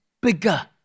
bigger